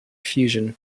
fusion